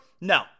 No